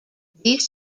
these